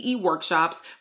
workshops